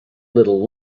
little